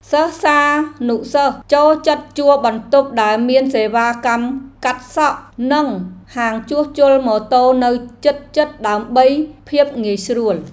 សិស្សានុសិស្សចូលចិត្តជួលបន្ទប់ដែលមានសេវាកម្មកាត់សក់ និងហាងជួសជុលម៉ូតូនៅជិតៗដើម្បីភាពងាយស្រួល។